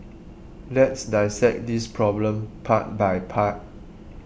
let's dissect this problem part by part